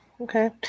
okay